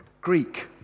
Greek